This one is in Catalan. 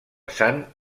sant